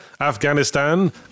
Afghanistan